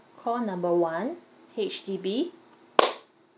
call number one H_D_B